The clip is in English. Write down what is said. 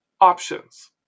options